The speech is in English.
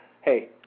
hey